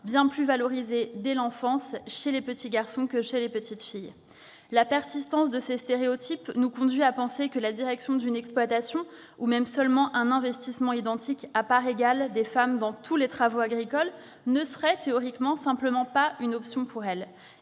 bien plus valorisées dès l'enfance chez les petits garçons que chez les petites filles. La persistance de ces stéréotypes nous conduit à penser que la direction d'une exploitation, ou même seulement un investissement identique, à parts égales, des femmes dans tous les travaux agricoles ne peut- théoriquement -pas constituer une option pour elles.